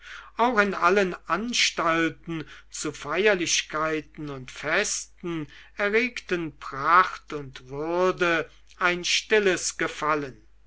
auch in allen anstalten zu feierlichkeiten und festen erregten pracht und würde ein stilles gefallen